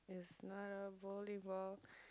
is not a volleyball